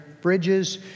Bridges